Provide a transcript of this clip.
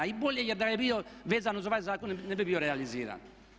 I bolje, jer da je bio vezan uz ovaj zakon ne bi bio realiziran.